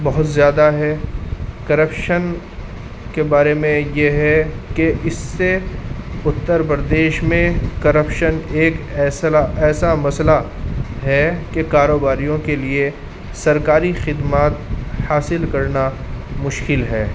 بہت زیادہ ہے کرپشن کے بارے میں یہ ہے کہ اس سے اتر پردیش میں کرپشن ایکس ایسا مسئلہ ہے کہ کاروباریوں کے لیے سرکاری خدمات حاصل کرنا مشکل ہے